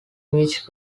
which